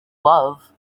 love